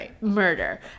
murder